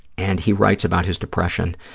and he writes about his depression.